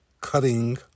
cutting